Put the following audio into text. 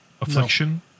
Affliction